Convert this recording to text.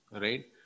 Right